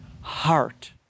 heart